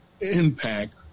impact